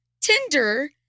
Tinder